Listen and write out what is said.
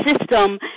system